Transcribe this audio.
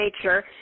nature